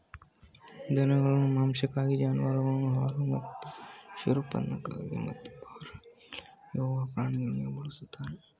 ದನಗಳನ್ನು ಮಾಂಸಕ್ಕಾಗಿ ಜಾನುವಾರುವಾಗಿ ಹಾಲು ಮತ್ತು ಕ್ಷೀರೋತ್ಪನ್ನಕ್ಕಾಗಿ ಮತ್ತು ಭಾರ ಎಳೆಯುವ ಪ್ರಾಣಿಗಳಾಗಿ ಬಳಸ್ತಾರೆ